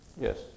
Yes